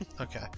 Okay